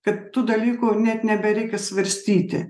kad tų dalykų net nebereikia svarstyti